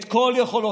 את כל יכולותיו,